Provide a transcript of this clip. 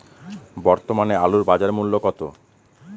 বর্তমানে আলুর বাজার মূল্য কত?